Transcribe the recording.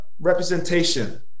representation